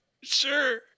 Sure